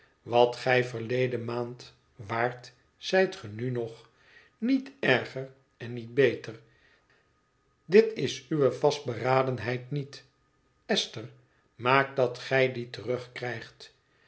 wat gij verleden maand waart zijt ge nu nog niet erger en niet beter dit is uwe vastberadenheid niet esther maak dat gij die